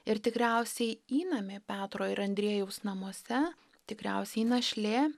ir tikriausiai įnamė petro ir andriejaus namuose tikriausiai našlė